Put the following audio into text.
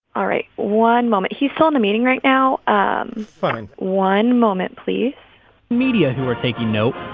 all right. one moment he's still in a meeting right now um fine one moment, please media who are taking note,